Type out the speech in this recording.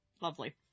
Lovely